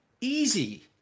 easy